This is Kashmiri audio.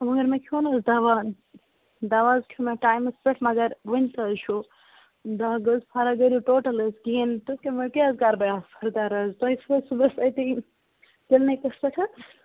وٲے مےٚ کھیو نَہ حظ دوا دوا حظ کھیو مےٚ ٹایِمَس پٮ۪ٹھ مگر ؤنۍ تہِ حظ چھُ دَگ حظ فرق گٔے نہٕ ٹوٹَل حظ کِہِنۍ تہٕ ؤنۍ کیاہ حظ کرٕ بہٕ یَتھ فَردَر حظ تُہۍ چھُو حظ صُبَس أتی کِلنِکَس پٮ۪ٹھ